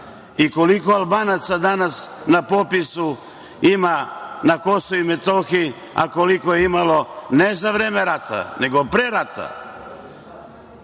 Koliko Albanaca danas na popisu ima na KiM a koliko je imalo ne za vreme rata nego pre rata?